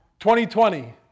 2020